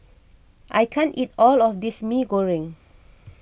I can't eat all of this Mee Goreng